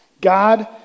God